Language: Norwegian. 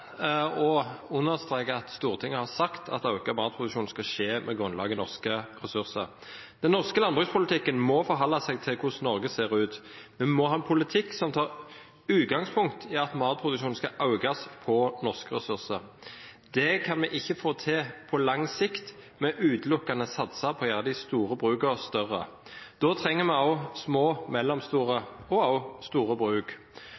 understreke at Stortinget har sagt at økt matproduksjon skal skje med grunnlag i norske ressurser. Den norske landbrukspolitikken må forholde seg til hvordan Norge ser ut. Vi må ha en politikk som tar utgangspunkt i at matproduksjonen skal økes på norske ressurser. Det kan vi ikke få til på lang sikt med utelukkende å satse på å gjøre de store brukene større. Da trenger vi små, mellomstore og også store bruk.